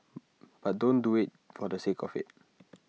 but don't do IT for the sake of IT